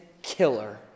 killer